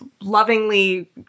lovingly